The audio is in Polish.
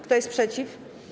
Kto jest przeciw?